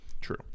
True